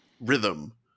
rhythm